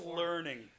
learning